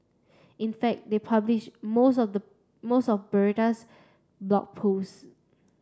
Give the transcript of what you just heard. in fact they publish most of the most of Bertha's Blog Posts